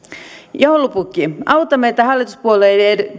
joulupukki auta meitä hallituspuolueiden